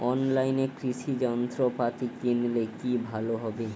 অনলাইনে কৃষি যন্ত্রপাতি কিনলে কি ভালো হবে?